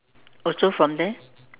also from there